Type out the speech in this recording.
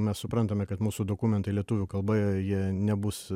mes suprantame kad mūsų dokumentai lietuvių kalba jie nebus